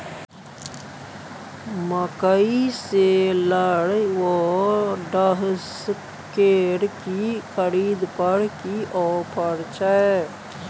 मकई शेलर व डहसकेर की खरीद पर की ऑफर छै?